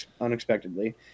unexpectedly